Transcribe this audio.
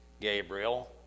Gabriel